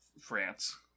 France